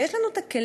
ויש לנו הכלים.